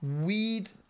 Weed